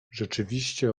rzeczywiście